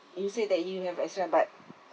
you said that you have as well but